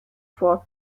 for